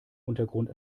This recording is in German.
untergrund